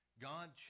God